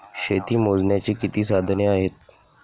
शेती मोजण्याची किती साधने आहेत?